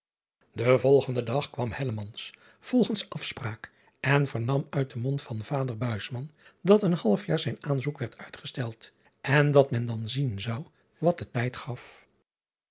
en volgenden dag kwam volgens asspraak en vernam uit den mond van driaan oosjes zn et leven van illegonda uisman vader dat een half jaar zijn aanzoek werd uitgesteld en dat men dan zien zou wat de tijd gaf